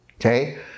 Okay